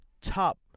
top